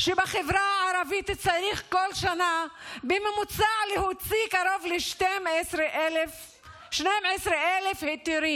שבחברה הערבית צריך להוציא בכל שנה בממוצע קרוב ל-12,000 היתרים.